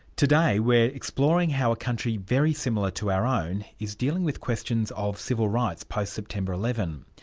today we're exploring how a country very similar to our own is dealing with questions of civil rights, post-september eleven.